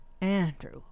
Andrew